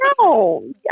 No